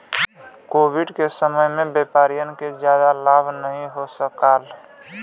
Covid के समय में व्यापारियन के जादा लाभ नाहीं हो सकाल